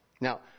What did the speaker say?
Now